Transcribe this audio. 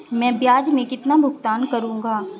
मैं ब्याज में कितना भुगतान करूंगा?